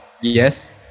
Yes